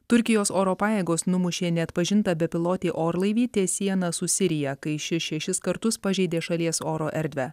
turkijos oro pajėgos numušė neatpažintą bepilotį orlaivį ties siena su sirija kai ši šešis kartus pažeidė šalies oro erdvę